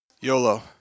YOLO